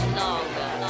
longer